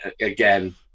again